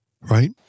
right